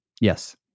Yes